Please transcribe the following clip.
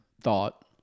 thought